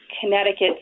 Connecticut